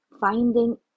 Finding